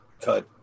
cut